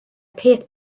peth